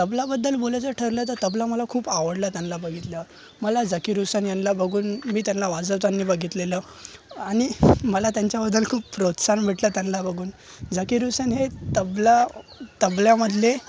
तबलाबद्दल बोलायचं ठरलं तर तबला मला खूप आवडला त्यांना बघितल्यावर मला जाकीर हुसेन याना बघून मी त्यांना वाजवताना बघितलेलं आणि मला त्यांच्याबद्दल खूप प्रोत्साहन भेटलं त्यांना बघून जाकीर हुसेन हे तबला तबल्यामधले